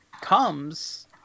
comes